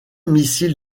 missile